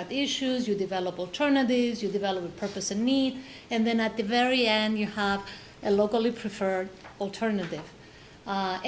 at the issues you develop alternatives you develop a purpose a need and then at the very end you have a locally preferred alternative